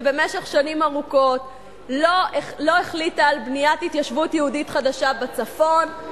שבמשך שנים ארוכות לא החליטה על בניית התיישבות יהודית חדשה בצפון,